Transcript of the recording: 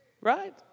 Right